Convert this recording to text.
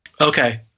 Okay